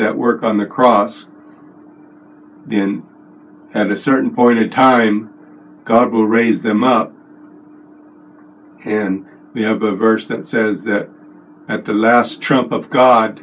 that work on the cross and at a certain point in time god will raise them up and we have a verse that says that at the last trump of god